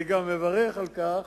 אני גם מברך על כך